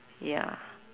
ya